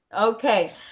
Okay